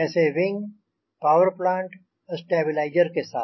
जैसे wind power plant stabiliser के साथ